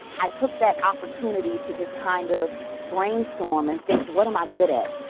i took that opportunity to just kind of brainstorm and think what am i good at?